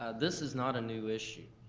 this is not a new issue.